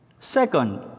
Second